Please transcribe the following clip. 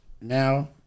Now